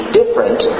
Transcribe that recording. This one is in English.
different